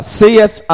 saith